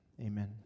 Amen